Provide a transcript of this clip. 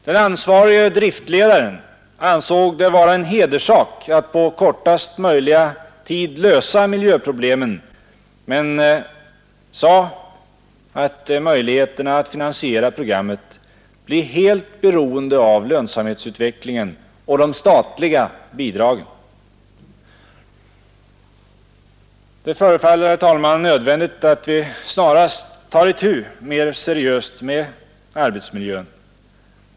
Den ansvarige driftledaren ansåg det vara en hederssak att på kortaste möjliga tid lösa miljöproblemen men sade att möjligheterna att finansiera programmet blir helt beroende av lönsamhetsutvecklingen och de statliga bidragen. Det förefaller, herr talman, nödvändigt att vi snarast tar itu mer seriöst med arbetsmiljön.